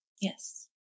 Yes